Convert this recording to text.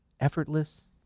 Effortless